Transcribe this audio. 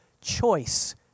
choice